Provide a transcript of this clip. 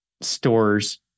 stores